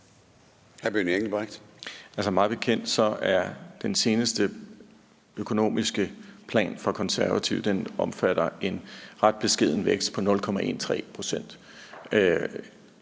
Mig bekendt omfatter den seneste økonomiske plan fra Konservative en ret beskeden vækst på 0,13 pct.